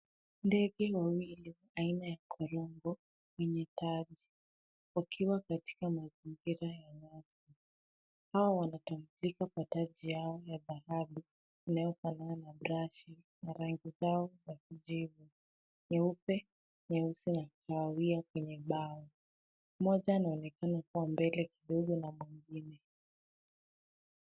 Ndege wawili aina ya korongo wenye taji wakiwa katika mazingira ya nyasi. Hawa wanatambulika kwa taji yao ya dhahabu inayofanana na brashi na rangi zao za kijivu, nyeupe, nyeusi na kahawia kwenye bawa. Moja anaonekana kuwa mbele kidogo na mwengine.